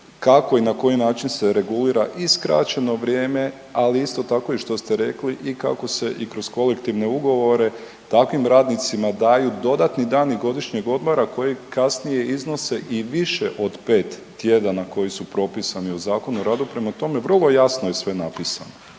kako i na koji način se regulira i skraćeno vrijeme, ali isto tako i što ste rekli i kako se i kroz kolektivne ugovore takvim radnicima daju dodatni dani godišnjeg odmora koji kasnije iznose i više od 5 tjedana koji su propisani u Zakonu o radu, prema tome vrlo jasno je sve napisano.